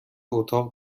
اتاق